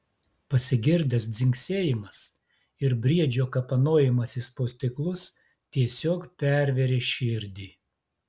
pasigirdęs dzingsėjimas ir briedžio kapanojimasis po stiklus tiesiog pervėrė širdį